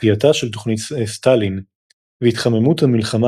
דחייתה של תוכנית סטלין והתחממות המלחמה